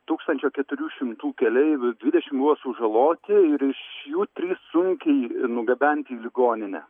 tūkstančio keturių šimtų keleivių dvidešim buvo sužaloti ir iš jų trys sunkiai nugabenti į ligoninę